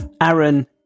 Aaron